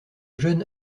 jeune